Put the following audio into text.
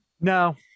No